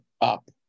up